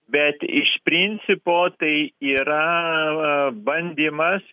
bet iš principo tai yra bandymas